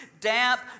damp